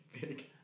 big